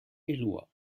éloie